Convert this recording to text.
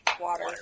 water